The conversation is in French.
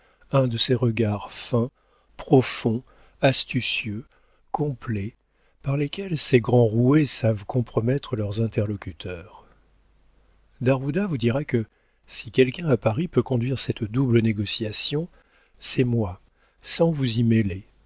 un de ces regards fins profonds astucieux complets par lesquels ces grands roués savent compromettre leurs interlocuteurs d'ajuda vous dira que si quelqu'un à paris peut conduire cette double négociation c'est moi sans vous y mêler